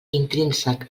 intrínsec